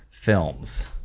films